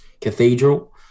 cathedral